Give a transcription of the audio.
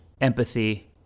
empathy